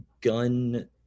gun